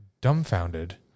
dumbfounded